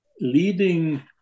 leading